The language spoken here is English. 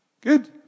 Good